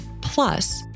Plus